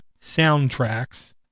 soundtracks